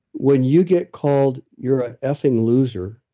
when you get called, you're an effing loser,